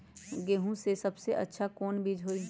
गेंहू के सबसे अच्छा कौन बीज होई?